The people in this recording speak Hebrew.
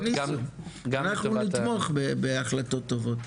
אנחנו נתמוך בהחלטות טובות